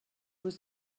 was